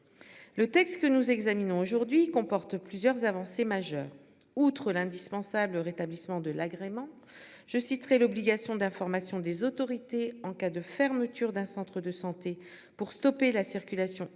Le texte que nous examinons aujourd'hui comporte plusieurs avancées majeures. Outre l'indispensable au rétablissement de l'agrément. Je citerai l'obligation d'information des autorités en cas de fermeture d'un centre de santé pour stopper la circulation illégale